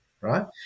Right